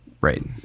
Right